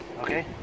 okay